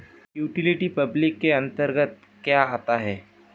Utility public के अंतर्गत क्या आता है?